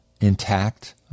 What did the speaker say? intact